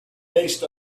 based